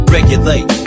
Regulate